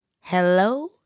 hello